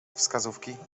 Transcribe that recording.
wskazówki